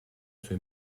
sue